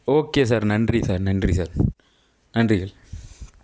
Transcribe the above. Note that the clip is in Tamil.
ஓகே சார் நன்றி சார் நன்றி சார் நன்றி சார்